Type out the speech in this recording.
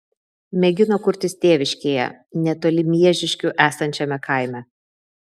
mėgino kurtis tėviškėje netoli miežiškių esančiame kaime